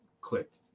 clicked